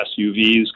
SUVs